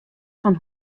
fan